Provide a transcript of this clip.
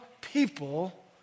people